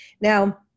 Now